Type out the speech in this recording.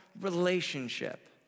relationship